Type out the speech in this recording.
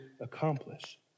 accomplish